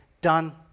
done